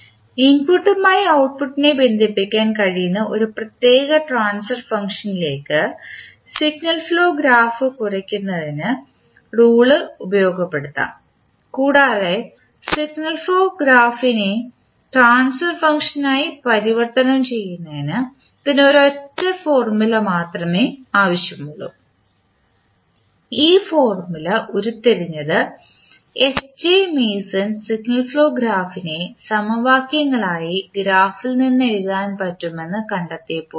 ഇൻപുട്ടുമായി ഔട്ട്പുട്ടിനെ ബന്ധിപ്പിക്കാൻ കഴിയുന്ന ഒരു പ്രത്യേക ട്രാൻസ്ഫർ ഫംഗ്ഷനിലേക്ക് സിഗ്നൽ ഫ്ലോ ഗ്രാഫ് കുറയ്ക്കുന്നതിന് റൂൾ ഉപയോഗപ്പെടുത്താം കൂടാതെ സിഗ്നൽ ഫ്ലോ ഗ്രാഫിനെ ട്രാൻസ്ഫർ ഫംഗ്ഷനായി പരിവർത്തനം ചെയ്യുന്നതിന് ഇതിന് ഒരൊറ്റ ഫോർമുല മാത്രമേ ആവശ്യമുള്ളൂ ഈ ഫോർമുല ഉരുത്തിരിഞ്ഞത് S J Mason signal flow ഗ്രാഫിനെ സമവാക്യങ്ങൾ ആയി ഗ്രാഫിൽ നിന്ന് എഴുതാൻ പറ്റുമെന്ന് കണ്ടെത്തിയപ്പോൾ ആണ്